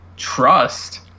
trust